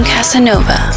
Casanova